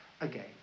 again